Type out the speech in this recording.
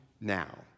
now